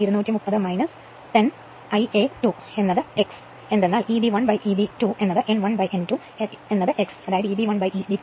അതിനാൽ ഇത് 2 230 10 Ia 2 ആയിരിക്കും ഈ Eb 1 നെ Eb 2 ന് വിഭജിക്കുക 2 230 ന് 230 10 Ia 2 x എന്ന് പറയുക